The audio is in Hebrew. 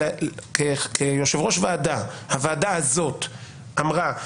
כיושב ראש ועדה, הוועדה הזו אמרה: